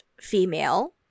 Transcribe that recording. female